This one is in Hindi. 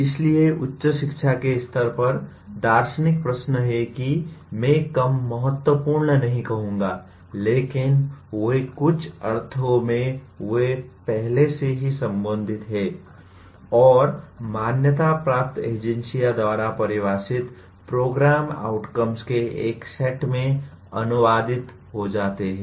इसलिए उच्च शिक्षा के स्तर पर दार्शनिक प्रश्न हैं कि मैं कम महत्वपूर्ण नहीं कहूंगा लेकिन वे कुछ अर्थों में वे पहले से ही संबोधित हैं और मान्यता प्राप्त एजेंसी द्वारा परिभाषित प्रोग्राम आउटकम्स के एक सेट में अनुवादित हो जाते हैं